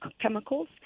chemicals